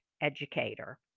educator